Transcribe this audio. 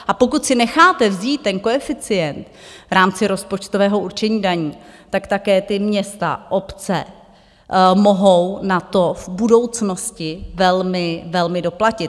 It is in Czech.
A pokud si necháte vzít ten koeficient v rámci rozpočtového určení daní, tak také města, obce mohou na to v budoucnosti velmi, velmi doplatit.